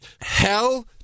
hell